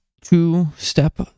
two-step